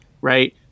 right